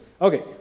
Okay